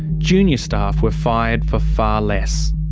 junior staff were fired for far less.